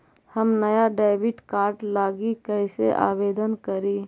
हम नया debit card लागी कईसे आवेदन करी?